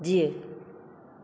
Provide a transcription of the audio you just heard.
जीए